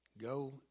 go